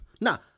Now